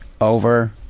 over